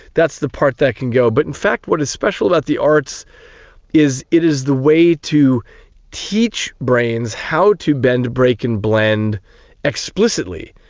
that's the part that can go. but in fact what is special about the arts is it is the way to teach brains how to bend, break and blend explicitly.